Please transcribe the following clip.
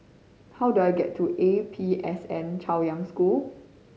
how do I get to A P S N Chaoyang School